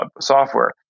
software